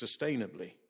sustainably